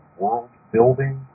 world-building